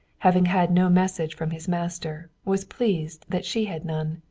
having had no message from his master, was pleased that she had none.